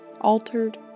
altered